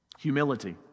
Humility